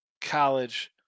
college